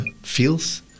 feels